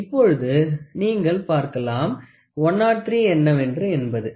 இப்பொழுது நீங்கள் பார்க்கலாம் 103 என்னவென்று என்பது